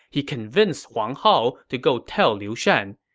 he convinced huang hao to go tell liu shan,